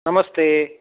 नमस्ते